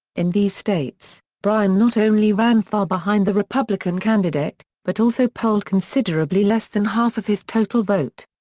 in these states, bryan not only ran far behind the republican candidate, but also polled considerably less than half of his total vote.